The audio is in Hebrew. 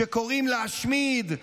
שקוראים להשמיד,